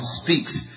speaks